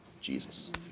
Jesus